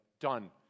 done